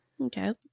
Okay